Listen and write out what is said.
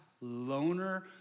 loner